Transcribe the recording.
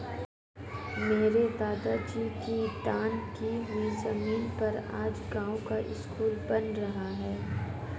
मेरे दादाजी की दान की हुई जमीन पर आज गांव का स्कूल बन रहा है